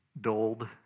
dulled